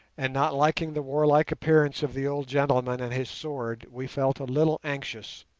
and, not liking the warlike appearance of the old gentleman and his sword, we felt a little anxious.